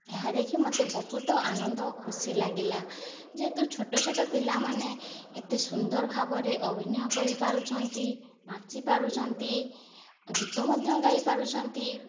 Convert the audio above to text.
ଏହା ଦେଖି ମୋତେ ବହୁତ ଆନନ୍ଦ ଓ ଖୁସି ଲାଗିଲା ଯେହେତୁ ଛୋଟ ଛୋଟ ପିଲାମାନେ ଏତେ ସୁନ୍ଦର ଭାବରେ ଅଭିନୟ କରିପାରୁଛନ୍ତି ନାଚି ପାରୁଛନ୍ତି ଗୀତ ମଧ୍ୟ ଗାଇ ପାରୁଛନ୍ତି